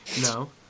No